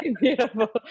Beautiful